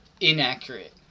inaccurate